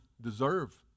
deserve